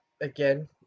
Again